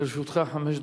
לרשותך חמש דקות.